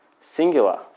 singular